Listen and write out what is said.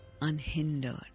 unhindered